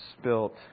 spilt